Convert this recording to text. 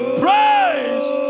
praise